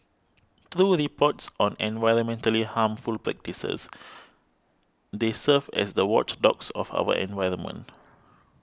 through reports on environmentally harmful practices they serve as the watchdogs of our environment